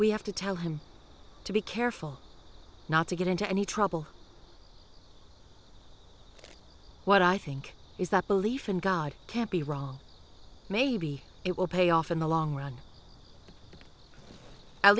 we have to tell him to be careful not to get into any trouble what i think is that belief in god can't be wrong maybe it will pay off in the long run at